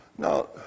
Now